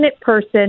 person